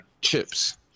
Chips